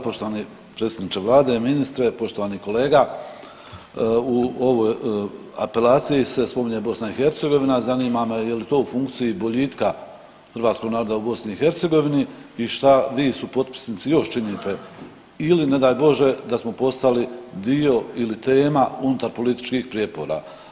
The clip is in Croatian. Poštovani predsjedniče vlade, ministre, poštovani kolega u ovoj apelaciji se spominje BiH zanima me je li to u funkciji boljitka hrvatskog naroda u BiH i šta vi supotpisnici još činite ili ne daj Bože da smo postali dio ili tema unutar političkih prijepora.